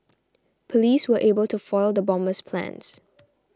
police were able to foil the bomber's plans